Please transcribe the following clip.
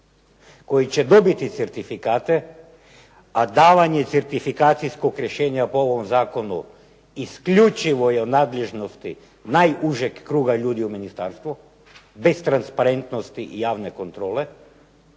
koji će dobiti certifikate, a davanje certifikacijskog rješenja po ovom zakonu isključivo je u nadležnosti najužeg kruga u ministarstvu bez transparentnosti i javne kontrole.